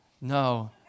no